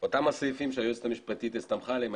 אותם הסעיפים שהיועצת המשפטית הסתמכה עליהם,